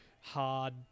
hard